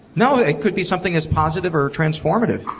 no, it could be something that's positive or or transformative.